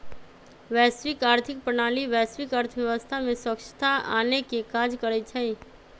वैश्विक आर्थिक प्रणाली वैश्विक अर्थव्यवस्था में स्वछता आनेके काज करइ छइ